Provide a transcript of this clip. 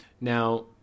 Now